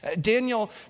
Daniel